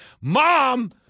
Mom